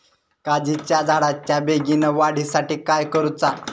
काजीच्या झाडाच्या बेगीन वाढी साठी काय करूचा?